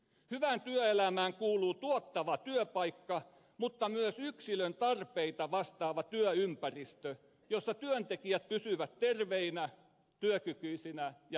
hyvään työelämään kuuluu tuottava työpaikka mutta myös yksilön tarpeita vastaava työympäristö jossa työntekijät pysyvät terveinä työkykyisinä ja motivoituneina